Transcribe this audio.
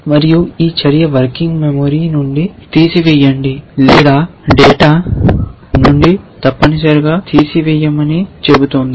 మరియు ఈ చర్య వర్కింగ్ మెమరీ నుండి తీసివేయండి లేదా డేటా నుండి తప్పనిసరిగా తీసివేయమని చెబుతోంది